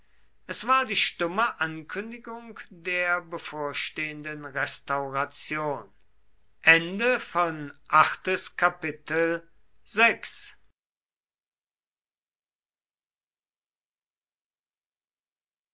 es war die stumme ankündigung der bevorstehenden restauration